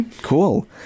cool